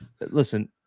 Listen